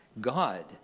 God